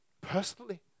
personally